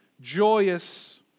joyous